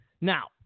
Now